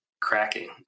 Cracking